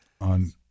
on